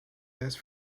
best